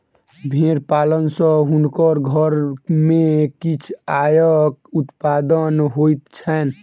भेड़ पालन सॅ हुनकर घर में किछ आयक उत्पादन होइत छैन